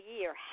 Year